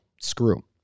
screw